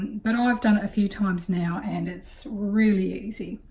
but i've done it a few times now and it's really easy!